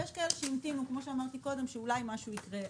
יש כאלה שהמתינו כמו שאמרתי קודם שאולי משהו יקרה.